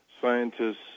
scientists